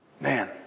Man